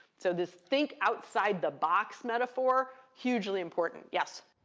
so this think outside the box metaphor, hugely important. yes?